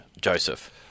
Joseph